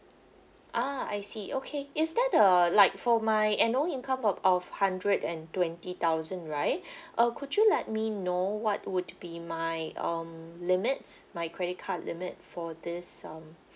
ah I see okay is that uh like for my annual income of hundred and twenty thousand right uh could you let me know what would be my um limits my credit card limit for this um